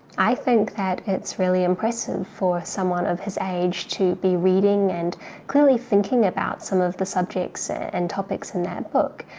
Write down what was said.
i think that it's really impressive for someone of his age to be reading and clearly thinking about some of the subjects and topics in that book.